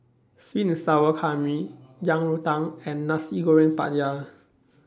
Sweet and Sour Calamari Yang Rou Tang and Nasi Goreng Pattaya